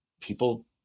people –